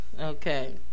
Okay